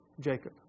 Jacob